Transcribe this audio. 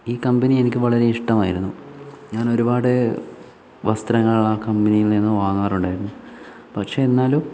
ഈ കമ്പനി എനിക്ക് വളരെ ഇഷ്ടമായിരുന്നു ഞാൻ ഒരുപാട് വസ്ത്രങ്ങൾ ആ കമ്പനിയിൽ നിന്നും വാങ്ങാറുണ്ടായിരുന്നു പക്ഷേ എന്നാലും